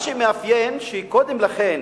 מה שמאפיין, שקודם לכן,